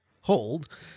hold